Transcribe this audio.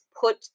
put